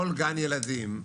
כל גן ילדים.